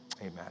amen